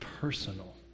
personal